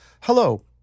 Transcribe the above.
hello